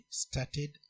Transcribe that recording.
started